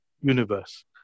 universe